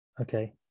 okay